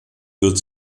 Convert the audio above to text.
wird